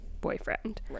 boyfriend